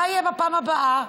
מה יהיה בפעם הבאה,